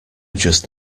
just